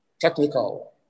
technical